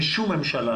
בשום ממשלה